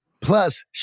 Plus